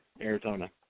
Arizona